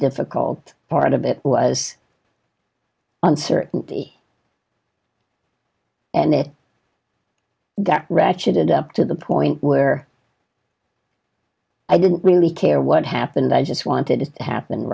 difficult part of it was uncertainty and it ratcheted up to the point where i didn't really care what happened i just wanted to happen